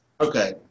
Okay